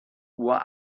uhr